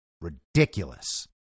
ridiculous